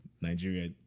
Nigeria